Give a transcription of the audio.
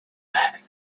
back